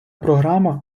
програма